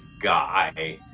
guy